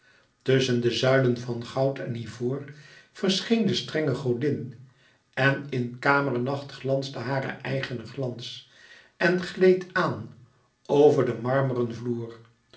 tusschen de zuilen van goud en ivoor verscheen de strenge godin en in kamernacht glansde hare eigene glans en gleed aan over den marmeren vloer